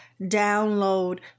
download